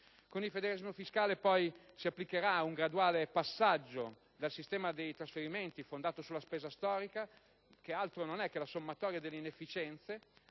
Con il federalismo fiscale, poi, si applicherà un graduale passaggio dal sistema dei trasferimenti fondato sulla spesa storica, che altro non è se non la sommatoria delle inefficienze